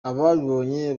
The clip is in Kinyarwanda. ababibonye